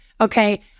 okay